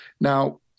Now